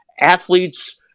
athletes